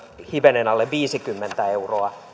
hivenen alle viisikymmentä euroa